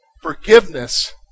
forgiveness